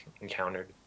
encountered